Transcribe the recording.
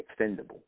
extendable